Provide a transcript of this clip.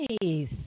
Nice